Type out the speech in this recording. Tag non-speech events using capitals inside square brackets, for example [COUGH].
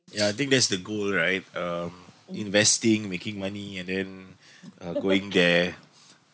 ya I think that's the goal right um investing making money and then [BREATH] uh going there